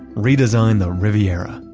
redesign the riviera,